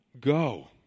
go